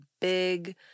big